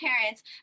parents